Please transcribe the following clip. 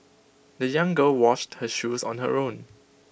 the young girl washed her shoes on her own